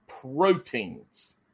proteins